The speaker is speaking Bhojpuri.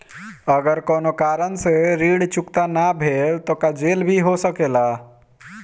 अगर कौनो कारण से ऋण चुकता न भेल तो का जेल भी हो सकेला?